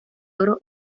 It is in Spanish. oro